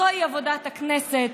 זוהי עבודת הכנסת.